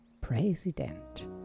president